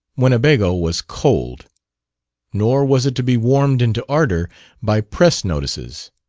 winnebago was cold nor was it to be warmed into ardor by press-notices.